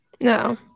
No